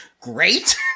great